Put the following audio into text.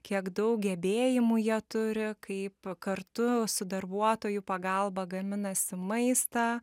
kiek daug gebėjimų jie turi kaip kartu su darbuotojų pagalba gaminasi maistą